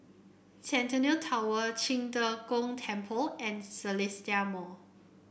Centennial Tower Qing De Gong Temple and The Seletar Mall